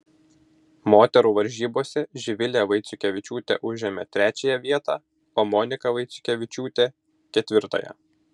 moterų varžybose živilė vaiciukevičiūtė užėmė trečiąją vietą o monika vaiciukevičiūtė ketvirtąją